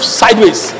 sideways